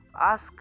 ask